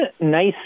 nice